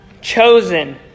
chosen